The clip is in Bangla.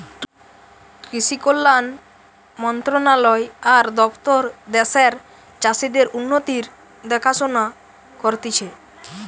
কৃষি কল্যাণ মন্ত্রণালয় আর দপ্তর দ্যাশের চাষীদের উন্নতির দেখাশোনা করতিছে